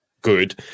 good